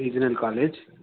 regional college